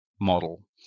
model